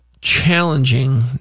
challenging